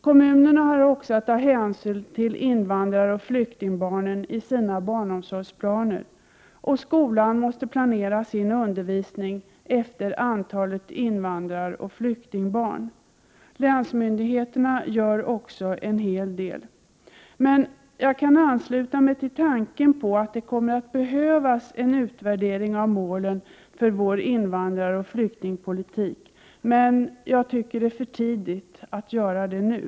Kommunerna har också att ta hänsyn till invandraroch flyktingbarnen i sina barnomsorgsplaner, och skolan måste planera sin undervisning efter antalet invandraroch flyktingbarn. Länsmyndigheterna gör också en hel del. Jag kan ansluta mig till tanken på att det kommer att behövas en utvärdering av målen för vår invandraroch flyktingpolitik, men jag tycker att det är för tidigt att göra den nu.